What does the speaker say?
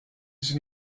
ist